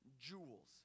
jewels